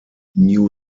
new